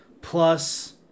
plus